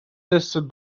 tested